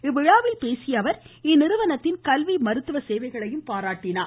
இவ்விழாவில் பேசிய அவர் இந்நிறுனத்தின் கல்வி மருத்துவ சேவைகளையும் பாராட்டினார்